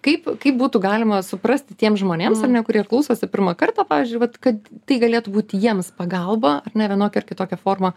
kaip kaip būtų galima suprasti tiems žmonėms ar ne kurie klausosi pirmą kartą pavyzdžiui vat kad tai galėtų būt jiems pagalba ar ne vienokia ar kitokia forma